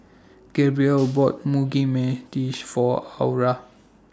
Gabrielle bought Mugi For Aura